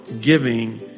giving